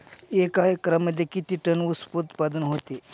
एका एकरमध्ये किती टन ऊस उत्पादन होतो?